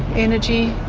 energy?